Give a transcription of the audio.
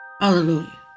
Hallelujah